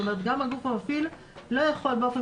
זאת אומרת גם הגוף המפעיל לא יכול באופן